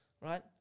right